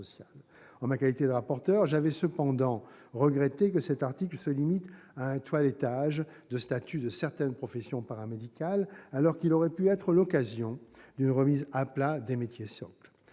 En ma qualité de rapporteur, j'avais cependant regretté que cet article se limite à un toilettage du statut de certaines professions paramédicales alors qu'il aurait pu être l'occasion d'une remise à plat des métiers socles.